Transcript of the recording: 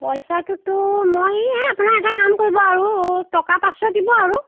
পইচাটোতো মই আ আপোনাৰ এটা কাম কৰিব আৰু টকা পাঁচশ দিব আৰু